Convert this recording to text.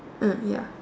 uh ya